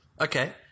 Okay